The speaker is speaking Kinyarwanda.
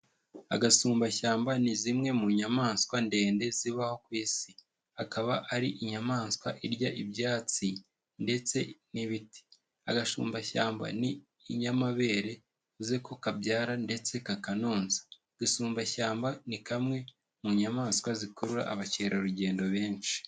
Agasumbashyamba ni zimwe mu nyamaswa ndende zibaho ku Isi, akaba ari inyamaswa irya ibyatsi ndetse n'ibiti, agasumbashyamba ni inyamabere, bivuze ko kabyara ndetse kaka nonsa, agasumbashyamba ni kamwe mu nyamaswa zikurura abakerarugendo benshi.